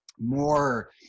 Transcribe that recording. more